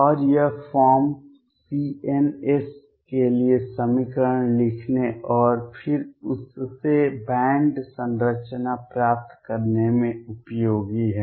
और यह form Cns के लिए समीकरण लिखने और फिर उससे बैंड संरचना प्राप्त करने में उपयोगी है